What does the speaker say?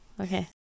Okay